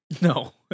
No